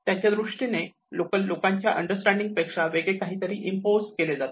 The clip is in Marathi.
त्यांच्या दृष्टीने लोकल लोकांच्या अंडरस्टँडिंग पेक्षा वेगळे काहीतरी इपोज केले जाते